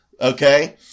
Okay